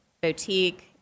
boutique